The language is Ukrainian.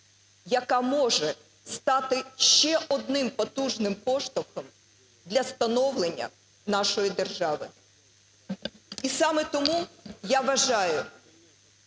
яка може стати ще одним потужним поштовхом для становлення нашої держави. І саме тому я вважаю,